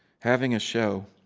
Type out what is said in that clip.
having a show